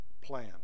plan